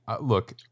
look